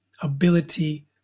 ability